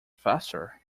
faster